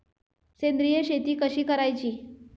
सेंद्रिय शेती कशी करायची?